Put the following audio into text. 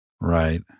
Right